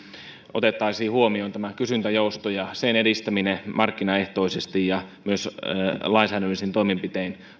otettaisiin vakavasti huomioon tämä kysyntäjousto ja sen edistäminen markkinaehtoisesti ja myös lainsäädännöllisin toimenpitein